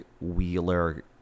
Wheeler